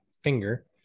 finger